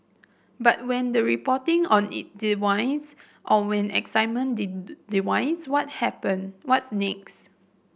but when the reporting on it dwindles or when excitement dwindles what happen what's next